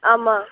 ஆமா